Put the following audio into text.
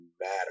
matter